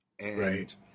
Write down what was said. Right